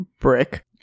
brick